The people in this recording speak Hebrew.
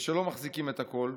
ושלא מחזיקים את הכול,